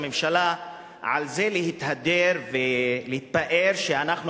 להתהדר ולהתפאר שאנחנו,